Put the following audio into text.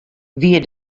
wie